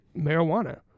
marijuana